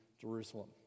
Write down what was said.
Jerusalem